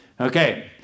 Okay